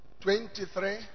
Twenty-three